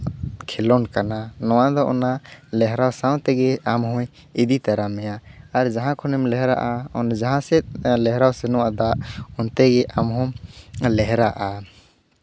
ᱠᱷᱮᱞᱳᱰ ᱠᱟᱱᱟ ᱱᱚᱣᱟ ᱫᱚ ᱚᱱᱟ ᱞᱮᱦᱨᱟᱣ ᱥᱟᱶᱛᱮ ᱛᱮᱜᱮ ᱟᱢ ᱦᱚᱭ ᱤᱫᱤ ᱛᱟᱨᱟ ᱢᱮᱭᱟ ᱟᱨ ᱠᱷᱚᱱᱮᱢ ᱞᱮᱦᱨᱟᱜᱼᱟ ᱚᱸᱰᱮ ᱡᱟᱦᱟᱸ ᱥᱮᱫ ᱞᱮᱦᱨᱟᱣ ᱥᱮᱱᱚᱜᱼᱟ ᱫᱟᱜ ᱚᱱᱛᱮ ᱜᱮ ᱟᱢ ᱦᱚᱸᱢ ᱞᱮᱦᱨᱟᱜᱼᱟ